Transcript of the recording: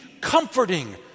comforting